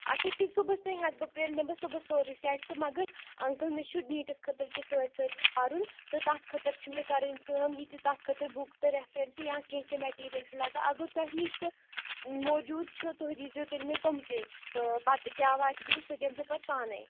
اچھا ٹھیٖک صُبحس تےٚ ہیکہٕ بہٕ تیلہٕ نِم بہٕ صبُحس سورٕے سٮ۪ٹ تہٕ مگر انَکٕل مےٚ چھُ نیٖٹس خٲطرٕ تہِ سۭتۍ سۭتۍ پَرُن تہٕ تتھ خٲطرٕ چھُ مےٚ کَرٕنۍ کٲم یِتہِ تتھ خٲطرٕ بُک تہٕ ریٚفرَنسہٕ یا کینہہ تہِ مَٹیرِیل چھُ لَگان اگر تۄہہِ نِش تہِ موٗجوٗد چھُ تُہۍ دی زیٚو تیلہِ مےٚ تٕم تہِ تٔہ پَتہِ کیاہ واتہِ بِل سُہ دِمہِ بہٕ پَتہٕ پانے